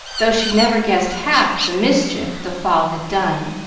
though she never guessed half the mischief the fall had done.